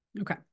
okay